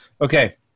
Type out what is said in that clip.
Okay